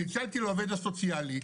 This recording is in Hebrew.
צלצלתי לעובד הסוציאלי,